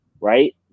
right